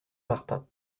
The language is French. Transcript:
martin